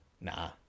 Nah